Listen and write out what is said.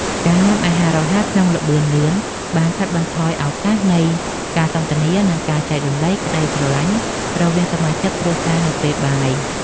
ការញ៉ាំអាហាររហ័សក្នុងល្បឿនលឿនបានកាត់បន្ថយឱកាសនៃការសន្ទនា និងការចែករំលែកក្តីស្រលាញ់រវាងសមាជិកគ្រួសារនៅពេលបាយ។